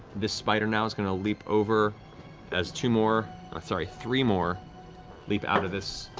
this spider now is going to leap over as two more, or sorry, three more leap out of this.